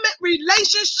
relationship